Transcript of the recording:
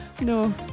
No